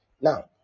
Now